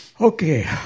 Okay